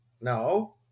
No